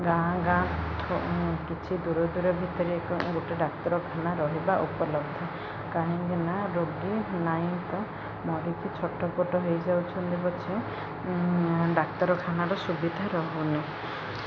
ଗାଁ ଗାଁ କିଛି ଦୂର ଦୂର ଭିତରେ ଏକ ଗୋଟେ ଡାକ୍ତରଖାନା ରହିବା ଉପଲବ୍ଧ କାହିଁକି ନା ରୋଗୀ ନାଇଁ ତ ମରିକି ଛୋଟ ପୋଟ ହେଇଯାଉଛନ୍ତି ପଛେ ଡାକ୍ତରଖାନାର ସୁବିଧା ରହୁନି